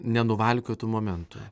nenuvalkiotų momentų